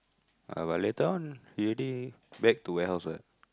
ah but later on you already back to warehouse what